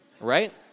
right